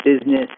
business